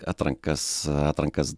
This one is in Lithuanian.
atrankas atrankas